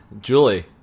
Julie